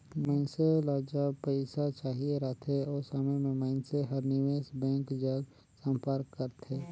मइनसे ल जब पइसा चाहिए रहथे ओ समे में मइनसे हर निवेस बेंक जग संपर्क करथे